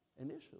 initially